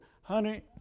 honey